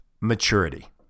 maturity